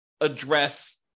address